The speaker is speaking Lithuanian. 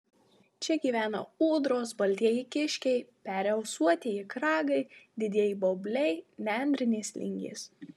čia gyvena ūdros baltieji kiškiai peri ausuotieji kragai didieji baubliai nendrinės lingės